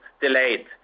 delayed